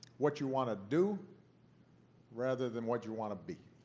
what you want to do rather than what you want to be.